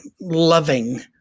loving